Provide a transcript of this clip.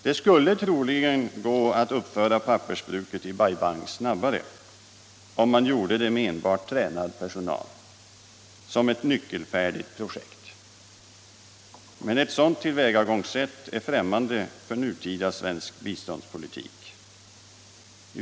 Det skulle troligen gå att uppföra pappersbruket i Bai Bang snabbare, om man gjorde det med enbart tränad personal — som ett nyckelfärdigt projekt. Men ett sådant tillvägagångssätt är främmande för nutida svensk biståndspolitik.